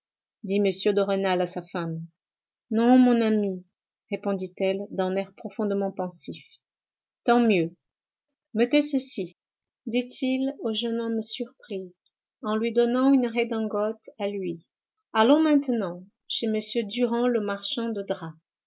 m de rênal à sa femme non mon ami répondit-elle d'un air profondément pensif tant mieux mettez ceci dit-il au jeune homme surpris en lui donnant une redingote à lui allons maintenant chez m durand le marchand de draps